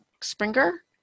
Springer